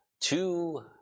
two